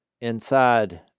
inside